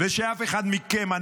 ושאף אחד מכם,